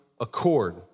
accord